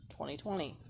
2020